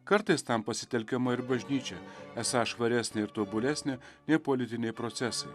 kartais tam pasitelkiama ir bažnyčia esą švaresnė ir tobulesnė nei politiniai procesai